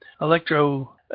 electro